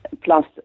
plus